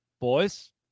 Boys